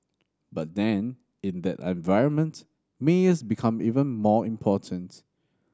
but then in that environment mayors become even more important